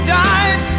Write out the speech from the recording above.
died